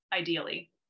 ideally